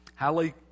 Hallie